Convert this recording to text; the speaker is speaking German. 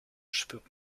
spürt